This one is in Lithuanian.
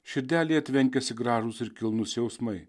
širdelėje tvenkiasi gražūs ir kilnūs jausmai